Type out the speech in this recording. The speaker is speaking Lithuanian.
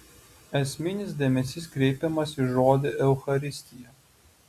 esminis dėmesys kreipiamas į žodį eucharistija